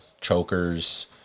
chokers